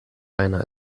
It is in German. einer